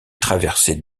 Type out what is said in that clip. traversée